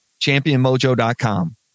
championmojo.com